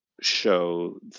show